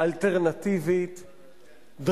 נותן סמכויות